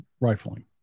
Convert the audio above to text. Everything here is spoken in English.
rifling